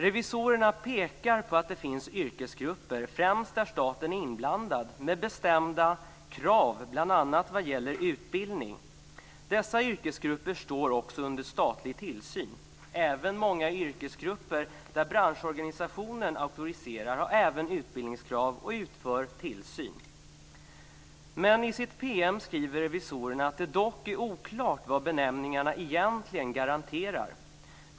Revisorerna pekar på att det finns yrkesgrupper, främst där staten är inblandad, med bestämda krav, bl.a. vad gäller utbildning. Dessa yrkesgrupper står också under statlig tillsyn. Även många yrkesgrupper där branschorganisationen auktoriserar har utbildningskrav och utövar tillsyn. I sitt PM skriver revisorerna att det dock är oklart vad benämningarna egentligen garanterar.